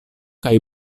kaj